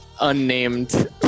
unnamed